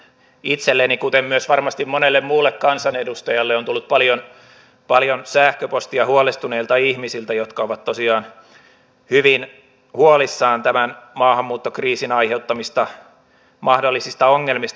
itselleni kuten varmasti myös monelle muulle kansanedustajalle on tullut paljon sähköpostia huolestuneilta ihmisiltä jotka ovat tosiaan hyvin huolissaan tämän maahanmuuttokriisin aiheuttamista mahdollisista ongelmista